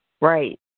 Right